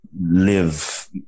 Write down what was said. Live